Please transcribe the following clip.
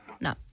No